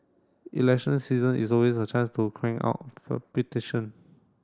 election season is always a chance to crank out for